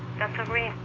dr. green,